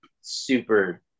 super